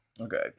Okay